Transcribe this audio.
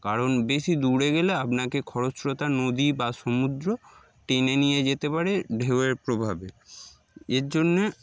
কারণ বেশি দূরে গেলে আপনাকে খরস্রোতা নদী বা সমুদ্র টেনে নিয়ে যেতে পারে ঢেউয়ের প্রভাবে এর জন্যে